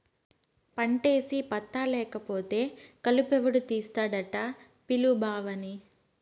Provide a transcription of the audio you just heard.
పంటేసి పత్తా లేకపోతే కలుపెవడు తీస్తాడట పిలు బావని